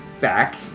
back